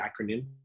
acronym